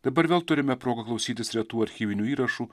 dabar vėl turime progą klausytis retų archyvinių įrašų